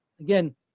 Again